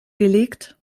gelegt